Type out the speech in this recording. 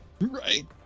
Right